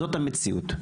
זאת המציאות.